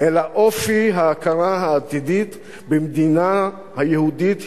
אלא אופי ההכרה העתידית במדינה היהודית,